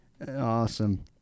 awesome